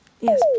Yes